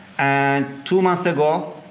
and two months ago